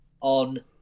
on